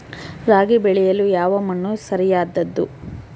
ರಾಗಿ ಬೆಳೆಯಲು ಯಾವ ಮಣ್ಣು ಸರಿಯಾದದ್ದು?